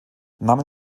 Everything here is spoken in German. namen